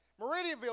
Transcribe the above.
Meridianville